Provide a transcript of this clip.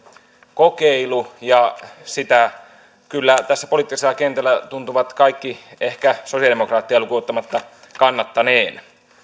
kokeilu ja sitä kyllä tässä poliittisella kentällä tuntuvat kaikki ehkä sosialidemokraatteja lukuun ottamatta kannattaneen